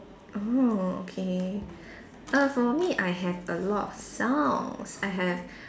oh okay uh for me I have a lot songs I have